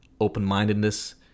open-mindedness